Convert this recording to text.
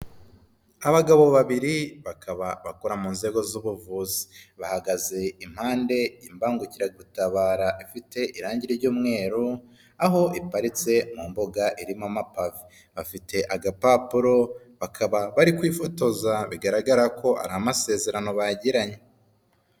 Abagabo babiri bakora mu nzego z'ubuvuzi, bahagaze impande y'imbangukiragutabara ifite irangi ry'umweru aho iparitse mu mboga irimo amapave, bafite agapapuro bakaba bari kwifotoza bigaragara ko ari amasezerano bagiranye.